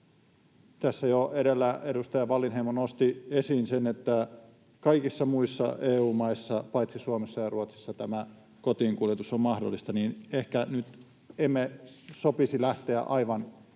Tässä jo edellä edustaja Wallinheimo nosti esiin sen, että kaikissa muissa EU-maissa, paitsi Suomessa ja Ruotsissa, tämä kotiinkuljetus on mahdollista. Eli ehkä meidän ei nyt sopisi lähteä aivan